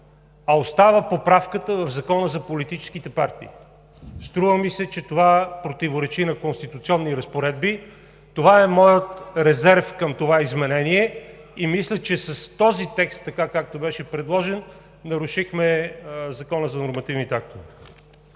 а остава поправката в Закона за политическите партии. Струва ми се, че това противоречи на конституционни разпоредби. Това е моят резерв към изменението и мисля, че с този текст, така както беше предложен, нарушихме Закона за нормативните